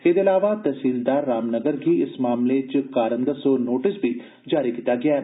एदे इलावा तहसीलदार रामनगर गी इस मामले च कारण दस्सो नोटिस बी जारी कीता गेया ऐ